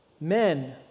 men